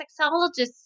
sexologists